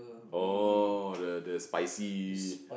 orh the the spicy